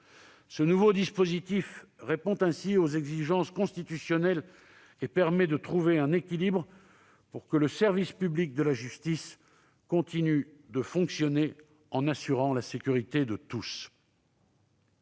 Ce nouveau dispositif répond ainsi aux exigences constitutionnelles et permet de trouver un équilibre pour que le service public de la justice continue de fonctionner, en assurant la sécurité de tous.